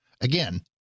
Again